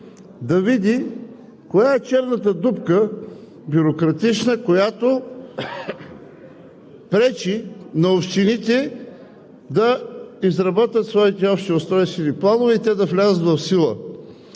да види коя е бюрократичната черна дупка, която пречи на общините да изработят своите общи устройствени планове и те да влязат в сила.